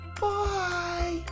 bye